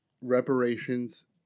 reparations